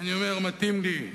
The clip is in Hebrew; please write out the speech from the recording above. אני אומר: מתאים לי.